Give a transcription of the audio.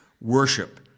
worship